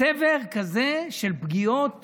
צבר כזה של פגיעות